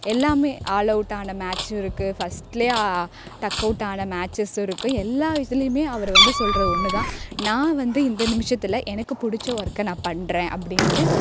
எல்லாமே ஆள் அவுட்டான மேட்ச்சும் இருக்குது ஃபஸ்ட்லே டக் அவுட்டான மேட்ச்சஸும் இருக்கும் எல்லா இதிலையுமே அவரு வந்து சொல்கிற ஒன்று தான் நான் வந்து இந்த நிமிஷத்துல எனக்கு பிடிச்ச ஒர்க்க நான் பண்ணுறேன் அப்படின்ட்டு